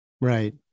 Right